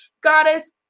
goddess